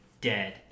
dead